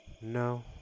No